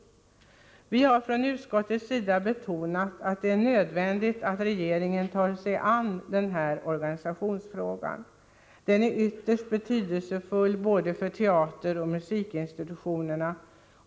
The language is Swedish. Från utskottets sida har vi betonat att det är nödvändigt att regeringen nu tar sig an organisationsfrågan. Den är ytterst betydelsefull för både teater och musikinstitutionerna.